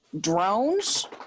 Drones